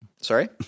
Sorry